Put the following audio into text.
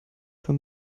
für